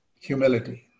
humility